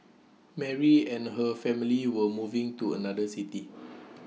Mary and her family were moving to another city